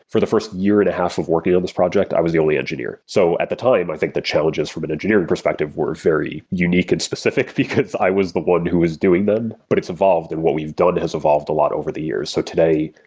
for the first year and a half of working on this project, i was the only engineer. so at the time, i think the challenges from an engineering perspective were very unique and specific, because i was the one who is doing them. but it's evolved and what we've done has evolved a lot over the years. so today,